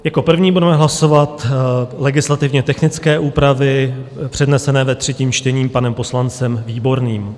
Jako první budeme hlasovat legislativně technické úpravy přednesené ve třetím čtení panem poslancem Výborným.